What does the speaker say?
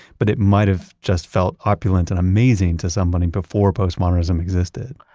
but it might of just felt opulent and amazing to someone and before postmodernism existed.